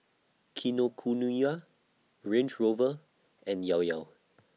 Kinokuniya Range Rover and Llao Llao